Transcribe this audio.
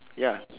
ya